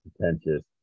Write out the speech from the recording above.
pretentious